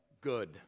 good